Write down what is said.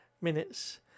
minutes